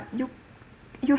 you you